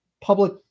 public